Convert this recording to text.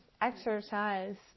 exercise